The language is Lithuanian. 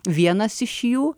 vienas iš jų